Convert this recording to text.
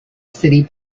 city